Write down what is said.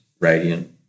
radiant